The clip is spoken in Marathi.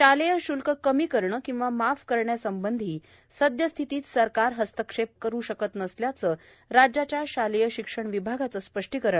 शालेय श्ल्क कमी करणं किंवा माफ करण्यासंबंधी सदयस्थितीत सरकार हस्तक्षेप करू शकत नसल्याच राज्याच्या शालेय शिक्षण विभागाच स्पष्टीकरण